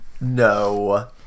No